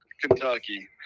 Kentucky